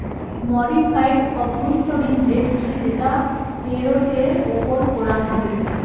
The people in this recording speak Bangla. মডিফাইড আভ্যন্তরীণ রেট হসে যেটা ফেরতের ওপর করাঙ হই